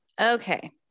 Okay